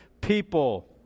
people